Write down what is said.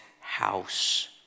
house